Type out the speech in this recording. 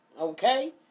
okay